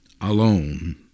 alone